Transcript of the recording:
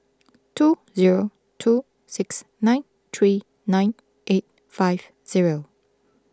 two zero two six nine three nine eight five zero